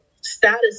status